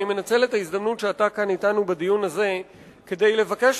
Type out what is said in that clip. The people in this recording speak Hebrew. אני מנצל את ההזדמנות שאתה כאן אתנו בדיון הזה כדי לבקש